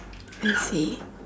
I see